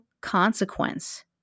consequence